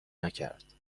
نکرد